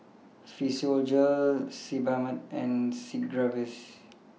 Physiogel Sebamed and Sigvaris